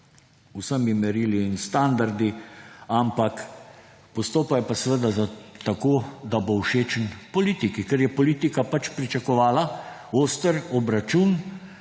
vsemi merili in standardi, ampak postopal je pa seveda tako, da bo všečen politiki, ker je politika pač pričakovala oster obračun